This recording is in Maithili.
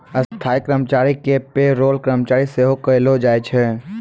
स्थायी कर्मचारी के पे रोल कर्मचारी सेहो कहलो जाय छै